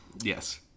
Yes